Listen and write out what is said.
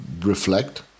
reflect